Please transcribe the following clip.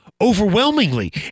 Overwhelmingly